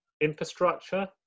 infrastructure